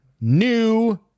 New